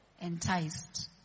Enticed